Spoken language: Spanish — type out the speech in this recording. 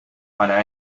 para